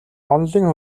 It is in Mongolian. онолын